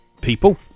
people